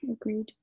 agreed